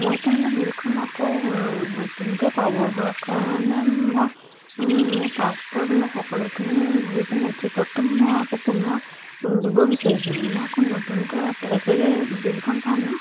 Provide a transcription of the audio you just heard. মই তাৰমানে বিলখন আকৌ নতুনকৈ পাবৰ কাৰণে মই মোৰ পাছপৰ্ট মোৰ সকলোখিনি যিখিনি নথিপত্ৰ মই আকৌ পুনৰ দিব বিচাৰিছোঁ মই আকৌ নতুনকৈ এপ্লাই কৰিলে বিলখন পাম ন